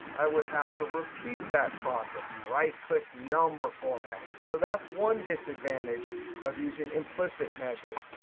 i would have to repeat that process right click, number formatting. so that's one disadvantage of using implicit measures.